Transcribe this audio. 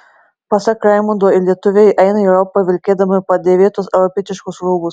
pasak raimundo lietuviai eina į europą vilkėdami padėvėtus europietiškus rūbus